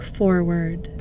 forward